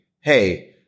hey